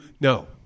no